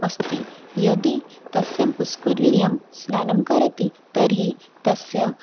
अस्ति यदि तस्यां पुष्करण्यां स्नानं करोति तर्हि तस्य